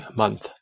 month